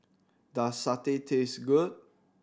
does satay taste good